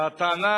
הטענה